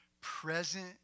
present